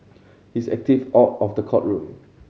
he is active out of the courtroom